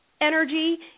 energy